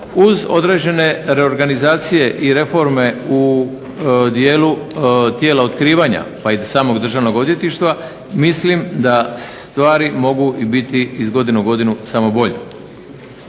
uz određene reorganizacije i reforme u dijelu tijela otkrivanja pa i samo Državnog odvjetništva mislim da stvari mogu biti iz godine u godinu samo bolji.